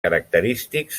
característics